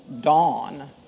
dawn